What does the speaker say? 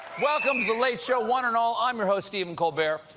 welcome to the late show, one and all, i'm your host, stephen colbert.